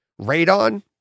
Radon